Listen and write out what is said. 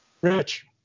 Rich